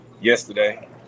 Yesterday